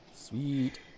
Sweet